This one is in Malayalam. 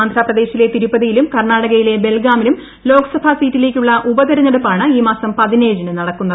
ആന്ധ്രാപ്രദേശിലെ തിരുപ്പതിയിലും കർണ്ണാടകയിലെ ബെൽഗാമിലും ലോക്സഭാ സീറ്റിലേക്കുള്ള ഉപതിരഞ്ഞെടുപ്പാണ് ന് നടക്കുന്നത്